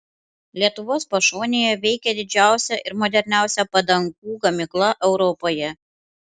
lietuvos pašonėje veikia didžiausia ir moderniausia padangų gamykla europoje